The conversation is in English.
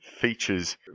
features